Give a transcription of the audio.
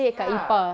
ya